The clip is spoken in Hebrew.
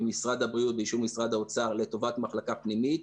ממשרד הבריאות באישור משרד האוצר לטובת מחלקה פנימית,